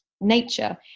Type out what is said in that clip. nature